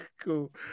Cool